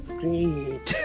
great